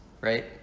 right